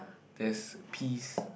there is a piece